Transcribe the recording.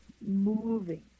moving